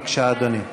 בבקשה, אדוני.